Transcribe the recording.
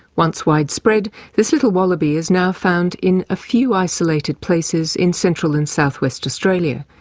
once widespread, this little wallaby is now found in a few isolated places in central and south-west australia.